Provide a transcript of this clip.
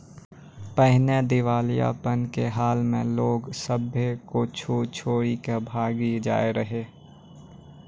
पहिने दिबालियापन के हाल मे लोग सभ्भे कुछो छोरी के भागी जाय रहै